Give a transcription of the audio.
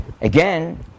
Again